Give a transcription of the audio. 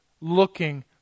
looking